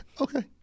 okay